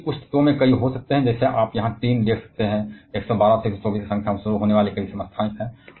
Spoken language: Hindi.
जबकि कुछ तत्वों में कई हो सकते हैं जैसे आप यहां टिन देख सकते हैं इसमें 112 से 124 की संख्या से शुरू होने वाले कई समस्थानिक हैं